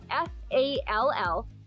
F-A-L-L